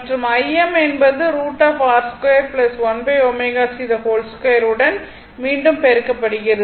மற்றும் Im என்பது உடன் மீண்டும் பெருக்கப்படுகிறது